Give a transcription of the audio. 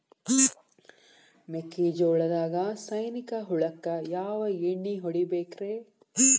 ಮೆಕ್ಕಿಜೋಳದಾಗ ಸೈನಿಕ ಹುಳಕ್ಕ ಯಾವ ಎಣ್ಣಿ ಹೊಡಿಬೇಕ್ರೇ?